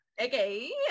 okay